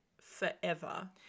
forever